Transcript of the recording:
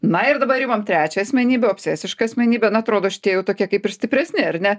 na ir dabar imam trečią asmenybę obsesišką asmenybę atrodo šitie jau tokie kaip ir stipresni ar ne